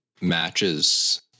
matches